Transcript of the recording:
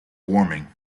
warming